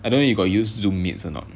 I don't know if you got use zoom meets or not